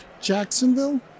Jacksonville